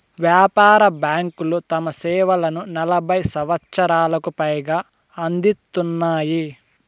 వ్యాపార బ్యాంకులు తమ సేవలను నలభై సంవచ్చరాలకు పైగా అందిత్తున్నాయి